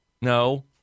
No